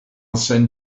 send